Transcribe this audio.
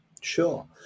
Sure